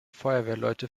feuerwehrleute